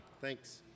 Thanks